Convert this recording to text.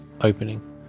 opening